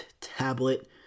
tablet